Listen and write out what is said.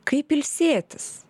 kaip ilsėtis